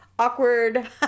awkward